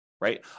right